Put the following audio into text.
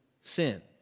sin